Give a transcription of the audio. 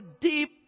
deep